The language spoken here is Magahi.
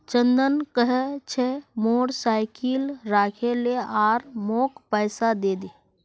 चंदन कह छ मोर साइकिल राखे ले आर मौक पैसा दे दे